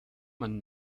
man